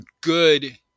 good